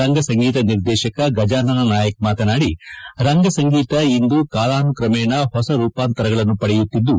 ರಂಗ ಸಂಗೀತ ನಿರ್ದೇಶಕ ಗಜಾನನ ನಾಯಕ್ ಮಾತನಾಡಿ ರಂಗ ಸಂಗೀತ ಇಂದು ಕಾಲಾನುಕ್ರಮೇಣ ಹೊಸ ರೂಪಾಂತರಗಳನ್ನು ಪಡೆಯುತ್ತಿದ್ದು